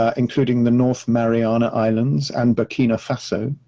ah including the north mariana islands and burkina faso.